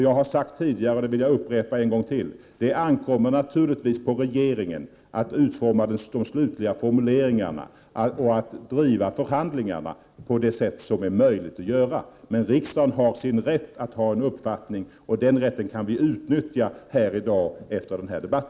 Jag har tidigare sagt, och jag vill upprepa det, att det naturligtvis ankommer på regeringen att utforma den slutliga texten och att driva förhandlingarna på det sätt som är möjligt. Riksdagen har emellertid rätten att driva sin uppfattning, och den rätten kan vi utnyttja i dag efter denna debatt.